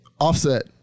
Offset